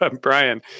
Brian